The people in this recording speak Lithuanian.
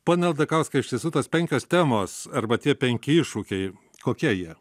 pone aldakauskas iš tiesų tos penkios temos arba tie penki iššūkiai kokie jie